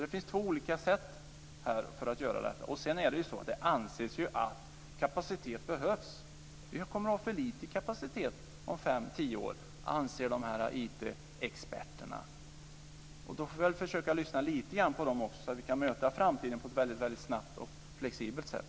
Det finns alltså två olika sätt att göra det här på. Sedan är det ju så att det anses att kapacitet behövs. Vi kommer att ha för lite kapacitet om fem-tio år anser de här IT-experterna. Då får vi försöka lyssna lite grann på dem också så att vi kan möta framtiden på ett väldigt snabbt och flexibelt sätt.